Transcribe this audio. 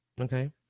Okay